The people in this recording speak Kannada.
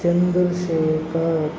ಚಂದ್ರಶೇಖರ್